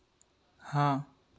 हाँ